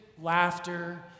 laughter